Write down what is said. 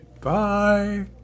bye